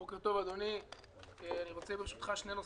בוקר טוב, אדוני, אני רוצה ברשותך שני נושאים.